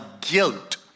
guilt